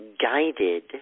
guided